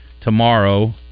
tomorrow